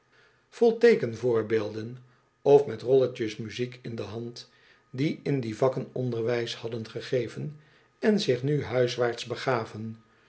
vol teekenvoorboelden of met rolletjes muziek in de hand die in die vakken onderwijs hadden gegeven en zich nu huiswaarts begaven